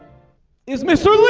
is mr. liam